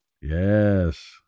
Yes